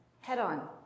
head-on